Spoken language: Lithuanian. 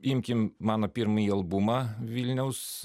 imkim mano pirmąjį albumą vilniaus